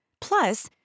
Plus